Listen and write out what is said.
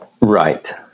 Right